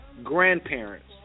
grandparents